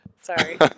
sorry